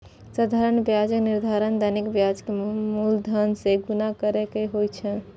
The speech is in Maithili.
साधारण ब्याजक निर्धारण दैनिक ब्याज कें मूलधन सं गुणा कैर के होइ छै